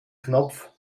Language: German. knopf